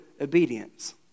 obedience